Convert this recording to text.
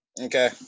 Okay